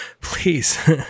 Please